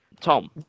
Tom